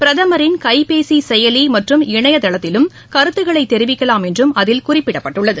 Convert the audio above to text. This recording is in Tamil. பிரதமின் கைபேசி செயலி மற்றும் இணையதளத்திலும் கருத்துக்களை தெரிவிக்கலாம் என்றும் அதில் குறிப்பிடப்பட்டுள்ளது